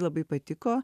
labai patiko